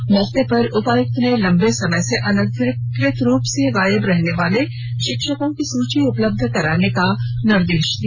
इस मौके पर उपायुक्त ने लंबे समय से अनाधिकृत रूप से गायब रहने वाले शिक्षकों की सूची उपलब्ध कराने का निर्देष दिया